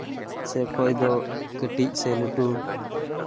ᱥᱮ ᱚᱠᱚᱭ ᱫᱚ ᱠᱟᱹᱴᱤᱡ ᱥᱮ ᱞᱟᱹᱴᱩ